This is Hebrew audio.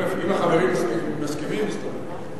אם החברים מסכימים, נסתפק.